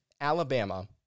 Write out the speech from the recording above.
Alabama